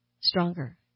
stronger